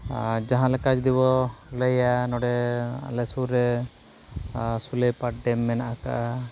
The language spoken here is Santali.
ᱟᱨ ᱡᱟᱦᱟᱸᱞᱮᱠᱟ ᱡᱩᱫᱤ ᱵᱚᱱ ᱞᱟᱹᱭᱟ ᱱᱚᱸᱰᱮ ᱟᱞᱮ ᱥᱩᱨ ᱨᱮ ᱥᱩᱞᱮᱯᱟᱴ ᱰᱮᱢ ᱢᱮᱱᱟᱜ ᱟᱠᱟᱜᱼᱟ